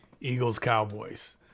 Eagles-Cowboys